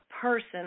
person